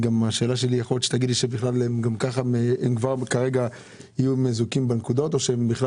ויכול להיות שתאמר לי שהם מזוכים בנקודות או שהם בכלל